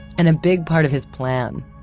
and a big part of his plan,